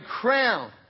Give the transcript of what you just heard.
crown